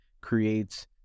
creates